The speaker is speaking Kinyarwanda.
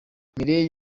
mueller